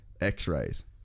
x-rays